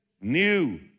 new